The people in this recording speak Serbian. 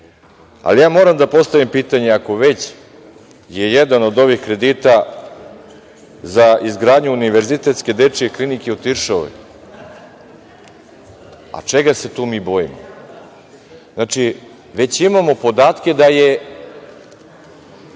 imaju. Moram da postavim pitanje, ako već je jedan od ovih kredita za izgradnju Univerzitetske dečije klinike u Tiršovoj. A čega se tu mi bojimo? Već ima podatke da je